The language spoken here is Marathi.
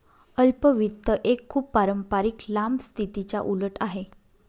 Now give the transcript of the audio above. अल्प वित्त एक खूप पारंपारिक लांब स्थितीच्या उलट आहे